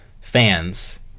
fans